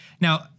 Now